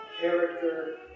character